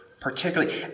particularly